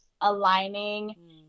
aligning